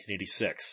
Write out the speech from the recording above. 1986